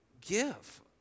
Give